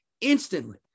instantly